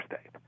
state